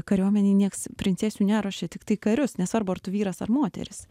kariuomenėj nieks princesių neruošia tiktai karius nesvarbu ar tu vyras ar moteris